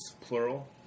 plural